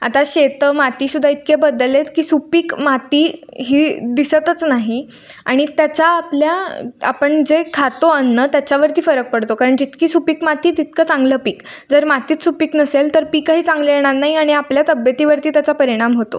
आता शेतं मातीसुद्धा इतके बदलले आहेत की सुपीक माती ही दिसतच नाही आणि त्याचा आपल्या आपण जे खातो अन्न त्याच्यावरती फरक पडतो कारण जितकी सुपीक माती तितकं चांगलं पीक जर मातीच सुपीक नसेल तर पीकही चांगलं येणार नाही आणि आपल्या तब्येतीवरती त्याचा परिणाम होतो